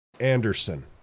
Anderson